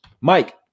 Mike